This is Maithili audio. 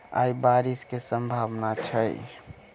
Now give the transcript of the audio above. आय बारिश केँ सम्भावना छै?